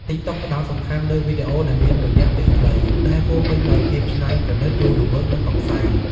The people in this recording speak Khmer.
ទីកតុក ផ្តោតសំខាន់លើវីដេអូដែលមានរយៈពេលខ្លី ដែលពោរពេញដោយភាពច្នៃប្រឌិត រស់រវើក និងកម្សាន្ត។